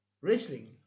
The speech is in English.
Wrestling